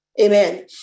amen